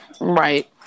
right